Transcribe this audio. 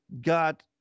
got